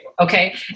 Okay